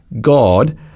God